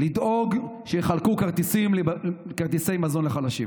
לדאוג שיחלקו כרטיסי מזון לחלשים.